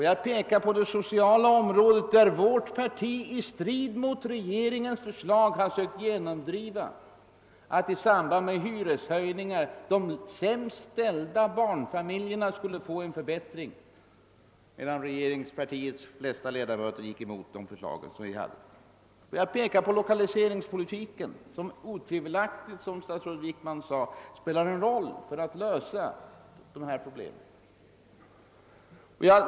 Jag pekar på det sociala området, där vårt parti i strid mot regeringens förslag har sökt genomdriva att i samband med hyreshöjningar de sämst ställda barnfamiljerna skulle få en förbättring. Regeringspartiets flesta ledamöter gick emot våra förslag. Jag pekar på lokaliseringspolitiken som = otvivelaktigt, som statsrådet Wickman sade, spelar en viktig roll för att lösa dessa problem.